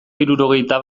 hirurogeita